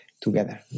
Together